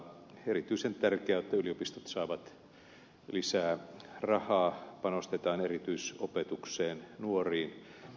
erityisen tärkeää on että yliopistot saavat lisää rahaa panostetaan erityisopetukseen nuoriin